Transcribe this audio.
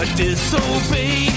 disobey